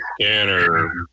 scanner